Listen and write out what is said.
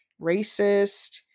racist